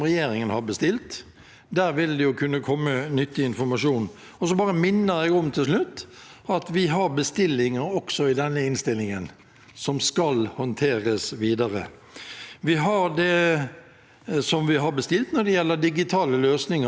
som skal håndteres videre. Vi har det vi har bestilt når det gjelder digitale løsninger, slik at alle kan delta: blinde og svaksynte og de med kognitive funksjonsnedsettelser.